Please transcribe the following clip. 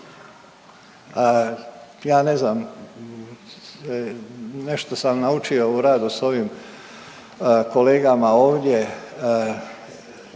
Ja ne znam, nešto sam naučio u radu s ovim kolegama ovdje,